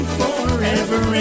forever